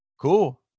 cool